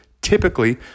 typically